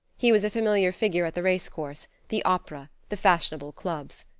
he was a familiar figure at the race course, the opera, the fashionable clubs.